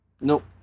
Nope